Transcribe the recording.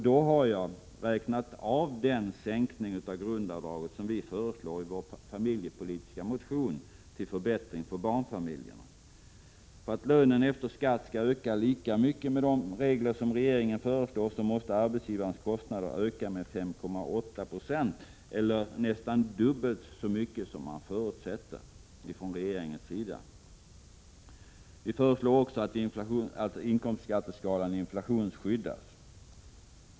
Då har jag räknat bort den sänkning av grundavdraget som vi föreslår i vår familjepolitiska motion för att förbättra för barnfamiljerna. För att lönen efter skatt skall öka lika mycket med de regler som regeringen föreslår, måste arbetsgivarens kostnader öka med 5,8 26 eller nästan dubbelt så mycket som regeringen förutsätter. Vi föreslår också att inkomstskatteskalan inflationsskyddas.